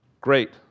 Great